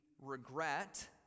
regret